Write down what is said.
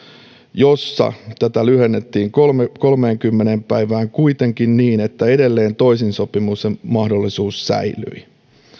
jossa tätä lyhennettiin kolmeenkymmeneen päivään kuitenkin niin että edelleen toisin sopimisen mahdollisuus säilyi